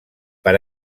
per